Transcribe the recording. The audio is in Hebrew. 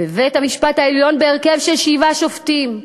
בבית-המשפט העליון בהרכב של שבעה שופטים,